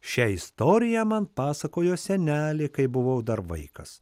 šią istoriją man pasakojo senelė kai buvau dar vaikas